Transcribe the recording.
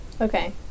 Okay